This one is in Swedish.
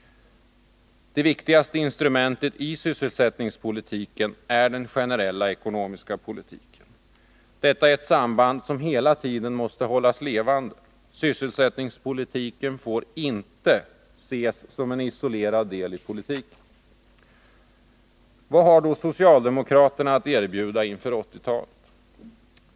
Det viktigaste instrumentet i sysselsättningspolitiken är den generella ekonomiska politiken. Detta är ett samband som hela tiden måste hållas levande. Sysselsättningspolitiken får inte ses som en isolerad del i politiken. Vad har då socialdemokraterna att erbjuda inför 1980-talet?